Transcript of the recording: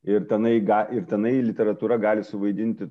ir tenai ga ir tenai literatūra gali suvaidinti